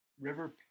River